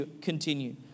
continue